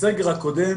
בסגר הקודם